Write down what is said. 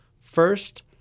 First